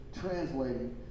translating